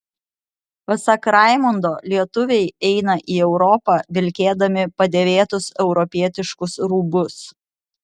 pasak raimundo lietuviai eina į europą vilkėdami padėvėtus europietiškus rūbus